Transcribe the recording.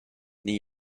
new